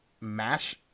mash